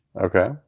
Okay